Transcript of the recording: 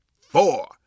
four